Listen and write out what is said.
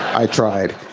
i tried.